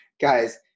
guys